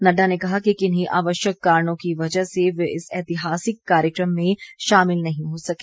नड्डा ने कहा कि किन्ही आवश्यक कारणों की वजह से वे इस ऐतिहासिक कार्यक्रम में शामिल नहीं हो सके